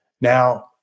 Now